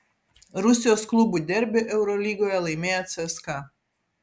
rusijos klubų derbį eurolygoje laimėjo cska